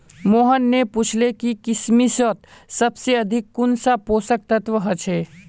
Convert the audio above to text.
मोहन ने पूछले कि किशमिशत सबसे अधिक कुंन सा पोषक तत्व ह छे